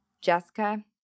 Jessica